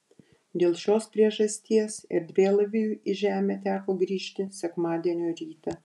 dėl šios priežasties erdvėlaiviui į žemę teko grįžti sekmadienio rytą